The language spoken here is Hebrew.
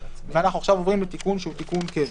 ועכשיו אנחנו עוברים לתיקון שהוא תיקון קבע.